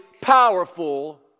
powerful